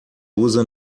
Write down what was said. usa